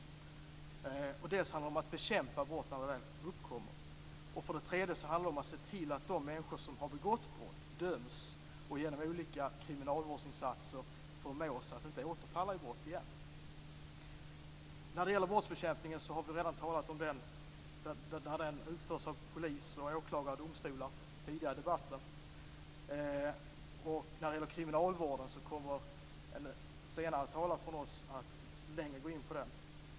För det andra handlar det om att bekämpa brott när de väl uppkommer. För det tredje handlar det om att se till att de människor som har begått brott döms och genom olika kriminalvårdsinsatser förmås att inte återfalla i brott igen. Vi har redan tidigare i debatten talat om de fall där brottsbekämpningen utförs av polis, åklagare och domstolar. Kriminalvården kommer en av våra talare senare att gå in på lite längre.